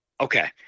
Okay